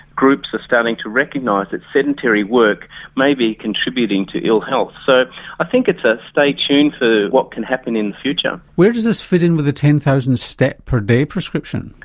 groups are starting to recognise that sedentary work may be contributing to ill health, so i think it's ah stay tuned to what can happen in the future. where does this fit in with the ten thousand steps per day prescription?